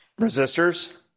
Resistors